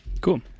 cool